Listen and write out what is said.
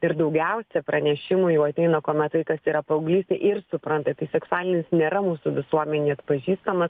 ir daugiausia pranešimų jau ateina kuomet vaikas yra paauglystėj ir supranta tai seksualinis nėra mūsų visuomenėj atpažįstamas